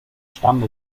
stamm